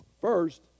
First